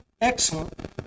excellent